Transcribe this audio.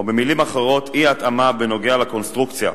או במלים אחרות: אי-התאמה בנוגע לקונסטרוקציה,